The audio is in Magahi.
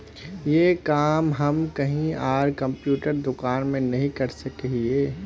ये काम हम कहीं आर कंप्यूटर दुकान में नहीं कर सके हीये?